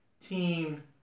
team